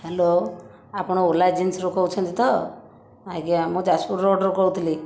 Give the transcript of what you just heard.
hello ଆପଣ Ola agency କହୁଛନ୍ତି ତ ଆଜ୍ଞା ମୁଁ ଯାଜପୁର ରୋଡ଼ରୁ କହୁଥିଲି